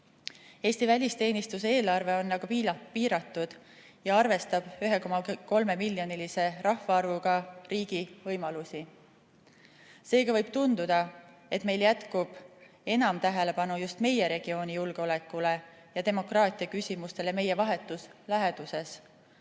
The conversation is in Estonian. Eesti välisteenistuse eelarve on aga piiratud ja arvestab 1,3-miljonilise rahvaarvuga riigi võimalusi. Seega võib tunduda, et meil jätkub enam tähelepanu just meie regiooni julgeolekule ja demokraatia küsimustele meie vahetus läheduses.